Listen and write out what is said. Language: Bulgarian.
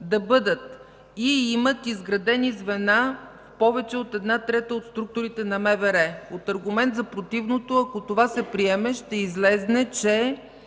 да бъдат: „и имат изградени звена в повече от една трета от структурите на МВР”. От аргумент за противното, ако това се приеме, ще излезе, че